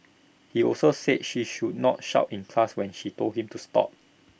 he also said she should not shout in class when she told him to stop